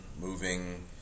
moving